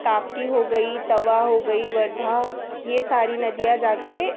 ताप्ती हो गई तवा हो गई वर्धा यह सारी नदियाँ जाकर